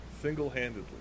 single-handedly